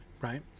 right